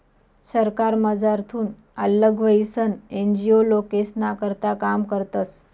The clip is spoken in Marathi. सरकारमझारथून आल्लग व्हयीसन एन.जी.ओ लोकेस्ना करता काम करतस